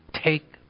Take